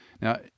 Now